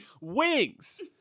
wings